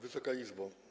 Wysoka Izbo!